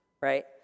right